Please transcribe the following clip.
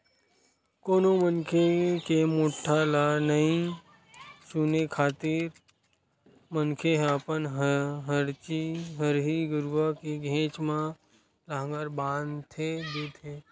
कोनो मनखे के मोठ्ठा ल नइ सुने खातिर मनखे ह अपन हरही गरुवा के घेंच म लांहगर बांधे देथे